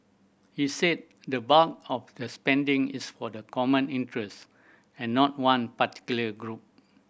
he said the bulk of the spending is for the common interest and not one particular group